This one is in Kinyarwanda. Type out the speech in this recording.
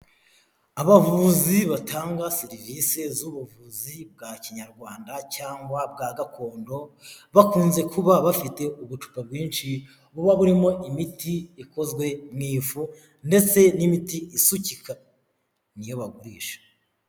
Abavuzi batanga serivisi z'ubuvuzi bwa kinyarwanda cyangwa bwa gakondo, bakunze kuba bafite ubucupa bwinshi, buba burimo imiti ikozwe mu ifu, ndetse n'imiti ifukika. Niyo bagurisha.